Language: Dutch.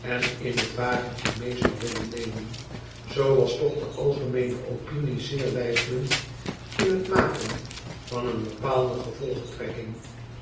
en in t wagentje mee zou willen nemen zoo was toch de algemeene opinie zeer weifelend in t maken van een bepaalde gevolgtrekking